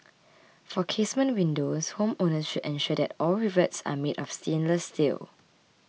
for casement windows homeowners should ensure that all rivets are made of stainless steel